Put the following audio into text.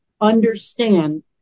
understand